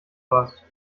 warst